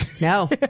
No